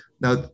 Now